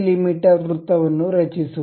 me ವೃತ್ತವನ್ನು ರಚಿಸುವದು